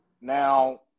Now